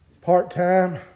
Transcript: Part-time